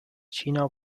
china